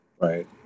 Right